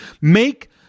Make